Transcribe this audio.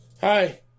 Hi